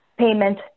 payment